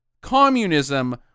communism